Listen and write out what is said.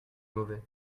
mauvais